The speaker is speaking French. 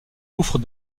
gouffre